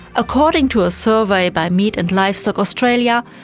according to a survey by meat and livestock australia,